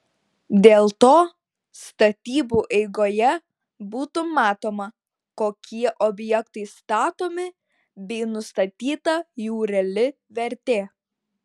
dėl to statybų eigoje būtų matoma kokie objektai statomi bei nustatyta jų reali vertė